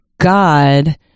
God